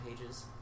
pages